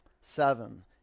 seven